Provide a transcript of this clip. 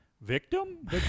victim